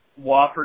Wofford